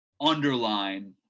underline